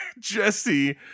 Jesse